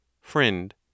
Friend